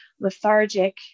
lethargic